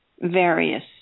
Various